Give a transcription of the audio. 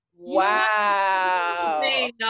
wow